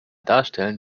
darstellen